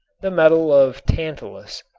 the metal of tantalus.